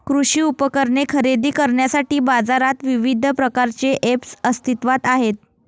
कृषी उपकरणे खरेदी करण्यासाठी बाजारात विविध प्रकारचे ऐप्स अस्तित्त्वात आहेत